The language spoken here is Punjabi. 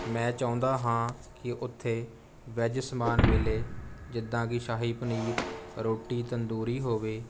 ਮੈਂ ਚਾਹੁੰਦਾ ਹਾਂ ਕਿ ਉੱਥੇ ਵੈੱਜ ਸਮਾਨ ਮਿਲੇ ਜਿੱਦਾਂ ਕਿ ਸ਼ਾਹੀ ਪਨੀਰ ਰੋਟੀ ਤੰਦੂਰੀ ਹੋਵੇ